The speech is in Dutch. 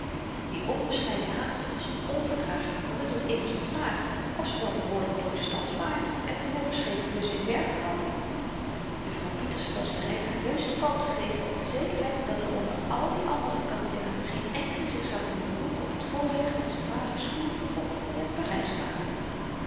die onbescheiden haast was onverdragelyk want het was immers de vraag of ze wel behoorlyk protestantsch waren en de voorgeschreven lust in werken hadden juffrouw pieterse was bereid haar neus te pand te geven op de zekerheid dat er onder al die andere kandidaten geen enkele zich zou kunnen beroepen op t voorrecht dat z'n vader schoenen verkocht die uit parys kwamen